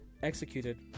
executed